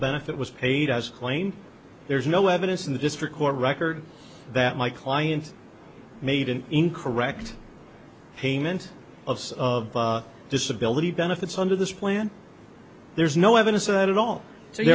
benefit was paid as claimed there is no evidence in the district court record that my client made an incorrect payment of of disability benefits under this plan there is no evidence of that at all so you